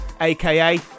aka